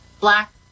black